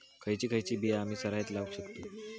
खयची खयची बिया आम्ही सरायत लावक शकतु?